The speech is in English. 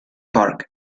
park